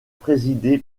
présidé